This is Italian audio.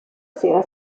sera